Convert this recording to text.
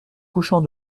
couchant